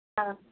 অঁ